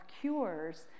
cures